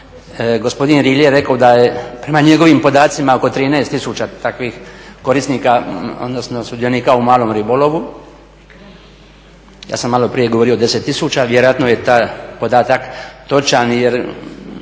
Gospodin Rilje je rekao da je prema njegovim podacima oko 13 tisuća takvih korisnika odnosno sudionika u malom ribolovu. Ja sam maloprije govorio o 10 tisuća. Vjerojatno je taj podatak točan jer